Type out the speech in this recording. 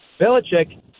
Belichick